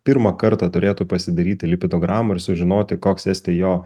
pirmą kartą turėtų pasidaryti lipidogramą ir sužinoti koks esti jo